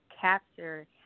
capture